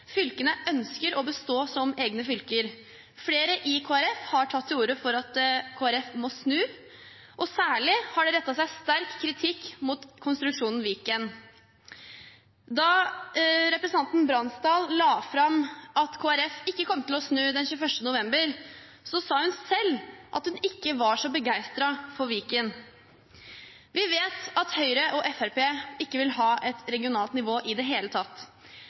Fylkene ønsker å bestå som egne fylker. Flere i Kristelig Folkeparti har tatt til orde for at partiet må snu, og særlig har det blitt rettet sterk kritikk mot konstruksjonen Viken. Da representanten Bransdal den 21. november la fram at Kristelig Folkeparti ikke kom til å snu, sa hun selv at hun ikke var så begeistret for Viken. Vi vet at Høyre og Fremskrittspartiet ikke vil ha et regionalt nivå i det hele tatt.